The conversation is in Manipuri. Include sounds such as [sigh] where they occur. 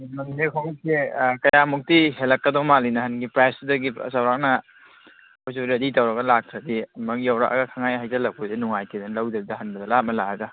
[unintelligible] ꯈꯣꯡꯎꯞꯁꯦ ꯑꯥ ꯀꯌꯥꯃꯨꯛꯇꯤ ꯍꯦꯜꯂꯛꯀꯗꯕ ꯃꯥꯜꯂꯤ ꯅꯍꯥꯟꯒꯤ ꯄ꯭ꯔꯥꯏꯁꯇꯨꯗꯒꯤ ꯆꯧꯔꯥꯛꯅ ꯑꯩꯈꯣꯏꯁꯨ ꯔꯦꯗꯤ ꯇꯧꯔꯒ ꯂꯥꯛꯇ꯭ꯔꯗꯤ ꯑꯃꯨꯛ ꯌꯧꯔꯛꯑꯒ ꯈꯪꯍꯥꯏ ꯍꯥꯏꯖꯤꯜꯂꯛꯄꯁꯤ ꯅꯨꯡꯉꯥꯏꯇꯦꯗꯅ ꯂꯧꯗꯕꯤꯗ ꯍꯟꯅꯗ ꯂꯥꯞꯅ ꯂꯥꯛꯑꯒ